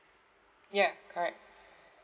ya correct